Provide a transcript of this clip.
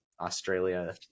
Australia